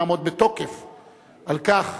נעמוד בתוקף על כך